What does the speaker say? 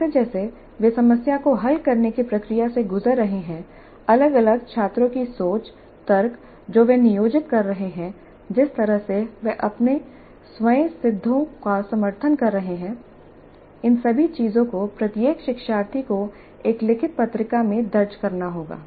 जैसे जैसे वे समस्या को हल करने की प्रक्रिया से गुजर रहे हैं अलग अलग छात्रों की सोच तर्क जो वे नियोजित कर रहे हैं जिस तरह से वे अपने स्वयंसिद्धों का समर्थन कर रहे हैं इन सभी चीजों को प्रत्येक शिक्षार्थी को एक लिखित पत्रिका में दर्ज करना होगा